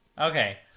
okay